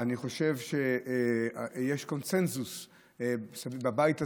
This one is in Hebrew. אני חושב שיש קונסנזוס בבית הזה,